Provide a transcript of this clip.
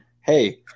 hey